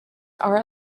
are